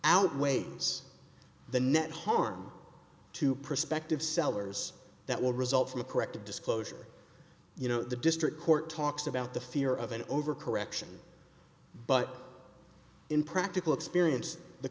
outweighs the net harm to prospective sellers that will result from a correct disclosure you know the district court talks about the fear of an overcorrection but in practical experience the